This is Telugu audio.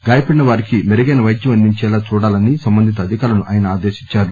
గాయపడిన వారికి మెరుగైన వైద్యం అందేలా చూడాలని సంబంధిత అధికారులను ఆయన ఆదేశించారు